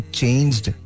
changed